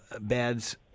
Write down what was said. beds